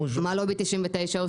מה עושים לובי 99?